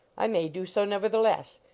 i may do so, never theless.